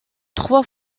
trois